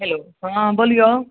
hello हँ बोलियौ